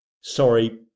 sorry